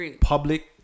public